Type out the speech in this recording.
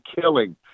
killing